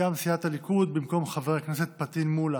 מטעם סיעת הליכוד, במקום חבר הכנסת פטין מולא